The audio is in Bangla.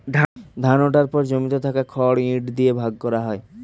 ধান ওঠার পর জমিতে থাকা খড় ইট দিয়ে ভাগ করা হয়